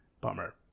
Bummer